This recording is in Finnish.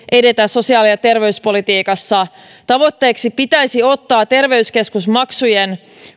edetä sosiaali ja terveyspolitiikassa tavoitteeksi pitäisi ottaa terveyskeskusmaksujen